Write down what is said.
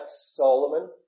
Solomon